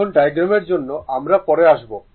এখন ডায়াগ্রামের জন্য আমরা পরে আসব